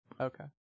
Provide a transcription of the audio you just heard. Okay